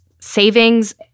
savings